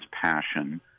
passion